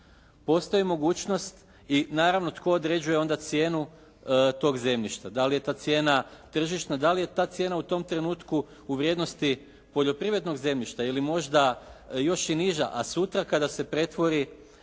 Postoji mogućnost i naravno tko određuje onda cijenu tog zemljišta? Da li je ta cijena tržišna? Da li je ta cijena u tom trenutku u vrijednosti poljoprivrednog zemljišta ili možda još i niža? A sutra kada se pretvori